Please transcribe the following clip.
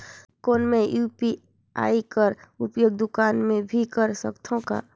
कौन मै यू.पी.आई कर उपयोग दुकान मे भी कर सकथव का?